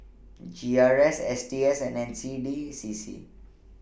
G R C S T S and N C D CC